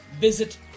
Visit